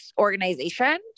organization